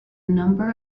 number